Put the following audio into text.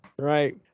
right